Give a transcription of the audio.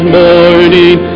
morning